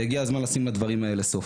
והגיע הזמן לשים לדבר הזה סוף.